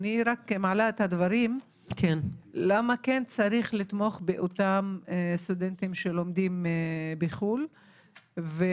אני רק מעלה את הסיבות שצריך לתמוך באותם סטודנטים שלומדים בחוץ לארץ,